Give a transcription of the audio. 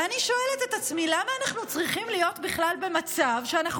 ואני שואלת את עצמי: למה אנחנו צריכים להיות בכלל במצב שאנחנו